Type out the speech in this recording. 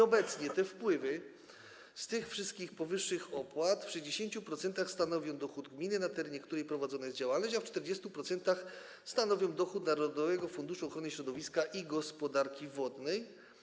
Obecnie wpływy z wszystkich powyższych opłat w 60% stanowią dochód gminy, na terenie której prowadzona jest działalność, a w 40% stanowią dochód Narodowego Funduszu Ochrony Środowiska i Gospodarki Wodnej.